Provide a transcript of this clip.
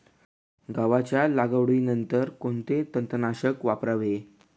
गव्हाच्या लागवडीनंतर कोणते तणनाशक वापरावे?